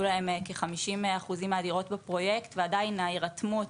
להם בו כ-50 אחוזים מהדירות ועדיין ההירתמות